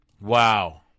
Wow